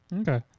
Okay